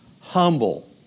Humble